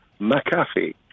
McAfee